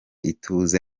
ituze